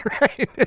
Right